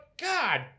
God